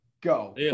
Go